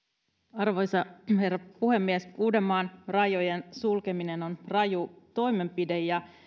arvoisa herra puhemies uudenmaan rajojen sulkeminen on raju toimenpide ja